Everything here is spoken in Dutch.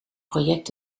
project